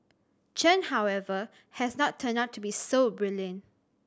Chen however has not turned out to be so brilliant